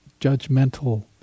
judgmental